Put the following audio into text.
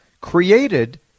created